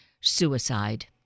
suicide